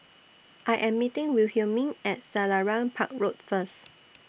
I Am meeting Wilhelmine At Selarang Park Road First